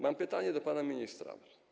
Mam pytanie do pana ministra.